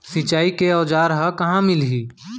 सिंचाई के औज़ार हा कहाँ मिलही?